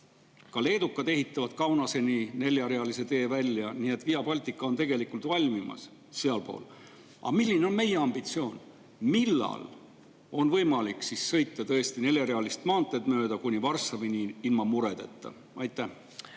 Ka leedukad ehitavad Kaunaseni neljarealise tee välja, nii et Via Baltica on sealpool valmimas. Aga milline on meie ambitsioon? Millal on võimalik tõesti sõita neljarealist maanteed mööda kuni Varssavini ilma muredeta? Aitäh,